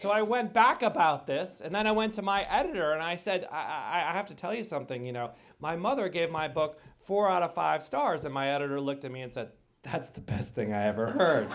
so i went back about this and then i went to my editor and i said i have to tell you something you know my mother gave my book four out of five stars that my editor looked at me and said that's the best thing i ever heard